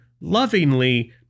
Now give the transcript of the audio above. lovingly